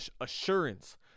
assurance